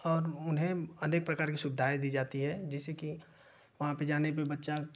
और उन्हे अनेक प्रकार की सुविधाये दी जाती है जैसे की वहाँ पे जाने पे बच्चा